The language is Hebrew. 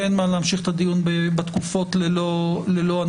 כי אין מה להמשיך את הדיון בתקופות ללא הנתונים.